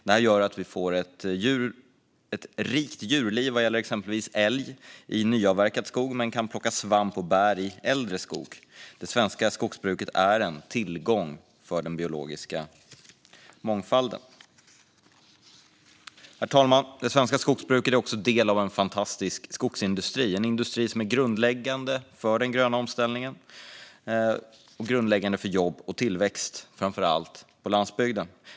Detta gör att vi får ett rikt djurliv i form av exempelvis älg i nyavverkad skog men kan plocka svamp och bär i äldre skog. Det svenska skogsbruket är en tillgång för den biologiska mångfalden. Herr talman! Det svenska skogsbruket är också en del av en fantastisk skogsindustri - en industri som är grundläggande för den gröna omställningen och för jobb och tillväxt, framför allt på landsbygden.